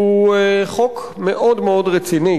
הוא חוק מאוד רציני,